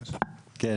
אני